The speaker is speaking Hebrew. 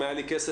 אם היה לי כסף,